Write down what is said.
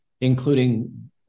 including